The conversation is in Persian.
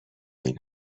این